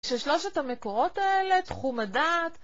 ששלושת המקורות האלה, תחום הדעת...